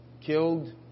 killed